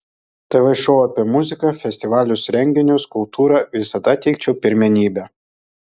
tv šou apie muziką festivalius renginius kultūrą visada teikčiau pirmenybę